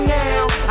now